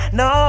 no